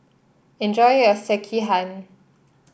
enjoy your Sekihan